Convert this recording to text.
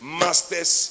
masters